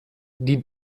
die